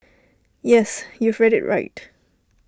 yes you've read IT right